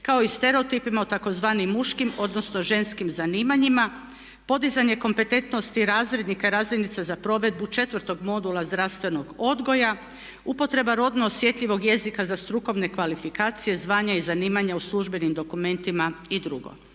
kao i stereotipima o tzv. muškim odnosno ženskim zanimanjima, podizanje kompetentnosti razrednika i razrednica za provedbu četvrtog modula zdravstvenog odgoja, upotreba rodno osjetljivog jezika za strukovne kvalifikacije, zvanja i zanimanja u službenim dokumentima i drugo.